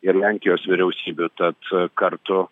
ir lenkijos vyriausybių tad kartu